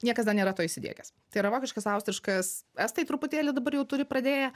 niekas dar nėra to įsidiegęs tai yra vokiškas austriškas estai truputėlį dabar jau turi pradėję